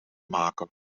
maken